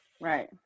Right